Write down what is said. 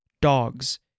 dogs